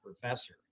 professor